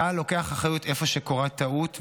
צה"ל לוקח אחריות איפה שקורית טעות,